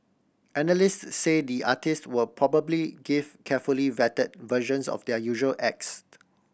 analyst say the artists will probably give carefully vetted versions of their usual acts